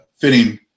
fitting